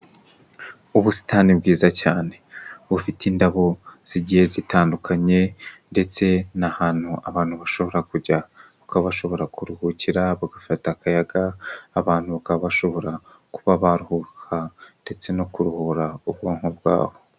Ubusitani bwiza cyane bufite indabo zigiye zitandukanye ndetse n'ahantu abantu bashobora kujya bakaba bashobora kuruhukira bagafata akayaga, abantu bakaba bashobora kuba baruhuka ndetse no kuruhura ubwonko bwabo.